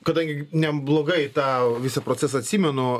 kadangi neblogai tą visą procesą atsimenu